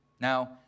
Now